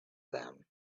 them